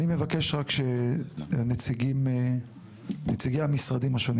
אני מבקש רק שנציגי המשרדים השונים